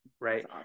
Right